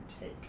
take